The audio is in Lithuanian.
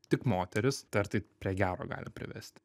tik moterys ar tai prie gero gali privesti